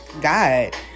God